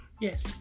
Yes